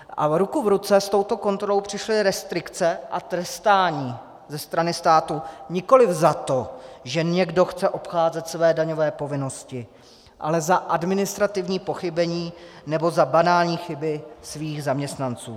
A ruku v ruce s touto kontrolou přišly restrikce a trestání ze strany státu nikoliv za to, že někdo chce obcházet své daňové povinnosti, ale za administrativní pochybení nebo za banální chyby svých zaměstnanců.